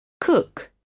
Cook